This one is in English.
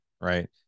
right